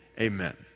Amen